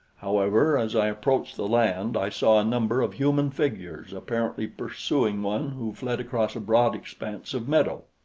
however, as i approached the land, i saw a number of human figures apparently pursuing one who fled across a broad expanse of meadow.